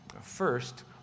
First